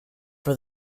for